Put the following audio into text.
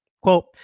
Quote